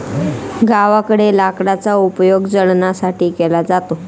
गावामध्ये लाकडाचा उपयोग जळणासाठी केला जातो